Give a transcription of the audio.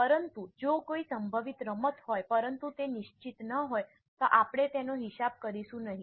પરંતુ જો કોઈ સંભવિત રમત હોય પરંતુ તે નિશ્ચિત ન હોય તો આપણે તેનો હિસાબ કરીશું નહીં